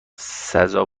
سزا